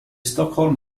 stockholm